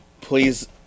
Please